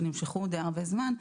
שנמשכו די הרבה זמן.